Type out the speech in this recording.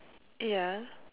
ya